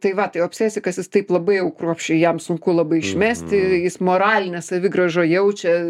tai va tai obsesikas jis taip labai jau kruopščiai jam sunku labai išmesti jis moralinę savigraužą jaučia